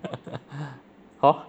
hor